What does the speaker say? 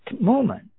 moment